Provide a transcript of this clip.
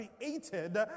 created